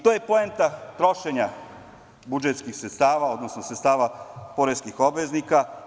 To je poenta trošenja budžetskih sredstava, odnosno sredstava poreskih obveznika.